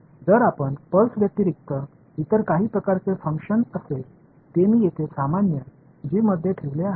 நீங்கள் பல்ஸ் தவிர வேறு வகையான செயல்பாடுகளைச் செய்தால் நான் அதை இங்கு g ஐ பொதுவாக வைத்திருக்கிறேன்